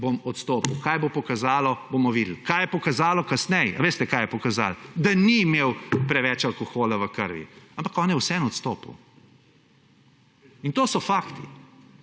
bom odstopil. Kaj bo pokazalo, bomo videli. Kaj je pokazalo kasneje? A veste, kaj je pokazalo, da ni imel preveč alkohola v krvi. Ampak on je vseeno odstopil. In to so fakti.